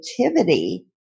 creativity